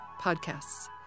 podcasts